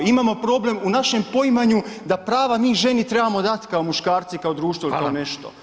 Imamo problem u našem poimanju da prava mi ženi trebamo dati kao muškarci, kao društvo ili kao nešto.